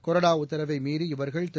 கொறடா உத்தரவை மீறி இவர்கள் திரு